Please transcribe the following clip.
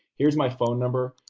here's my phone number,